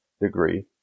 degree